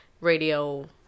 radio